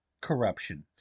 corruption